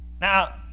Now